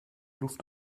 luft